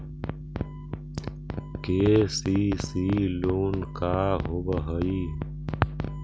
KCC loan का होब हइ?